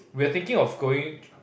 we were thinking of going